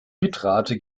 bitrate